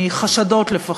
מחשדות לפחות.